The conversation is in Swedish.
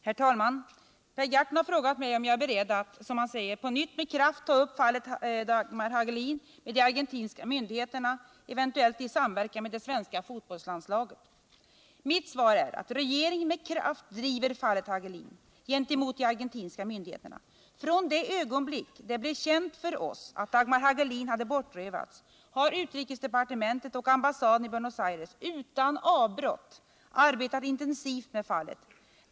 Herr talman! Per Gahrton har frågat mig om jag är beredd att — som han säger — på nytt med kraft ta upp fallet Dagmar Hagelin med de argentinska myndigheterna, eventuellt i samverkan med det svenska fotbollslandslaget. Mitt svar är att regeringen med kraft driver fallet Hagelin gentemot de argentinska myndigheterna. Från det ögonblick det blev känt för oss att Dagmar Hagelin hade bortrövats har utrikesdepartementet och ambassaden i Bucnos Aires utan avbrott arbetat intensivt med fallet.